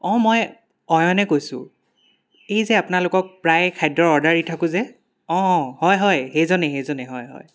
অঁ মই অয়নে কৈছোঁ এই যে আপোনালোকক প্ৰায় খাদ্য অৰ্ডাৰ দি থাকোঁ যে অঁ অঁ হয় হয় সেইজনেই সেইজনেই হয় হয়